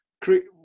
create